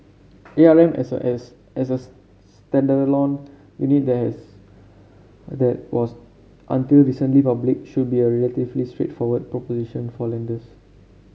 A R M as a as as standalone unit that has that was until recently public should be a relatively straightforward proposition for lenders